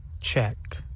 Check